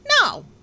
no